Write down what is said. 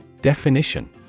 Definition